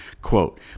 Quote